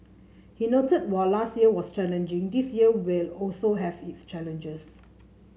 he noted while last year was challenging this year will also have its challenges